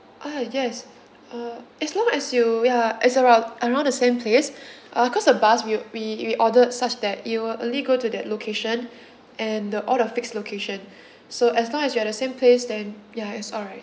ah yes uh as long as you ya it's about around the same place uh cause the bus we we we ordered such that it will only go to that location and the all of the fixed location so as long as you at the same place then ya it's alright